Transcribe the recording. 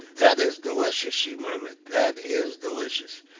that is delicious, she murmured. that is delicious.